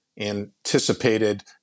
anticipated